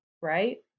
right